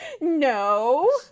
No